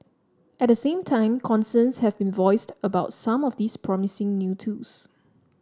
at the same time concerns have been voiced about some of these promising new tools